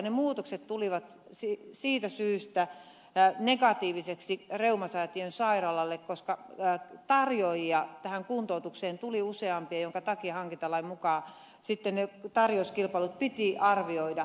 ne muutokset tulivat siitä syystä negatiivisiksi reumasäätiön sairaalalle että tarjoajia tähän kuntoutukseen tuli useampia minkä vuoksi hankintalain mukaan sitten ne tarjouskilpailut piti arvioida